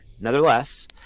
Nevertheless